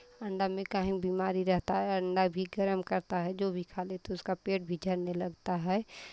अंडा में कहीं बीमारी रहता है अंडा भी गरम करता है जो भी खा ले तो उसका पेट भी झरने लगता है